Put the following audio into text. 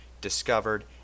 discovered